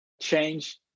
change